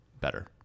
better